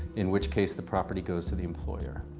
in which case, the property goes to the employer.